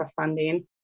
funding